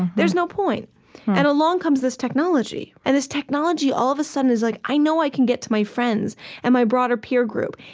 there's no point and along comes this technology. and this technology all of a sudden is like, i know i can get to my friends and my broader peer group,